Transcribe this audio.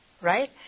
right